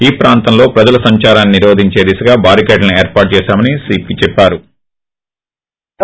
ఈ ప్రాంతాల్లో ప్రజల సంచారాన్ని నిరోధించే దిశగా బారీకేడ్లను ఏర్పాటు చేశామని సీపీ తెలిపారు